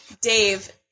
Dave